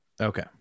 Okay